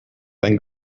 then